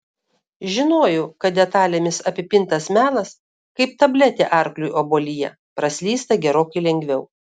žinojau kad detalėmis apipintas melas kaip tabletė arkliui obuolyje praslysta gerokai lengviau